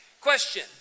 Question